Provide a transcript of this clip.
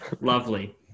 Lovely